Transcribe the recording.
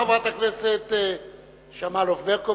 חברת הכנסת שמאלוב-ברקוביץ,